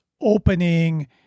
opening